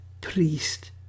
priest